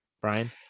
Brian